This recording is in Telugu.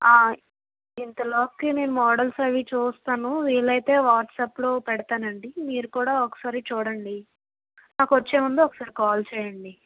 ఇంతలోకి మీ మోడల్స్ అవి చూస్తాను వీలయితే వాట్సప్లో పెడతానండీ మీరు కూడా ఒకసారి చూడండి నాకొచ్చే ముందు ఒకేసారి కాల్ చేయండీ